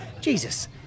Jesus